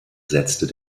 setzte